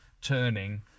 turning